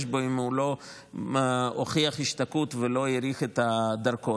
בו אם הוא לא הוכיח השתקעות ולא האריך את הדרכון,